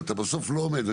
ובסוף לא עומד בו,